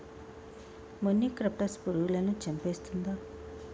మొనిక్రప్టస్ పురుగులను చంపేస్తుందా?